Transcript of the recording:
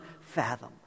fathom